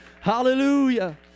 Hallelujah